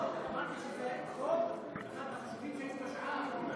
לא, אמרתי שזה חוק אחד החשובים שהיו בשעה האחרונה.